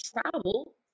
travel